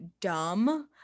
dumb